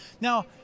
Now